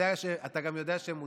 ואתה גם יודע שהם מוצדקים.